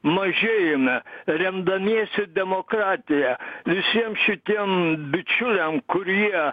mažėjame remdamiesi demokratija visiem šitiem bičiuliam kurie